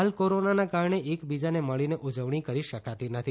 હાલ કોરોનાના કારણે એકબીજાને મળીને ઉજવણી કરી શકાતી નથી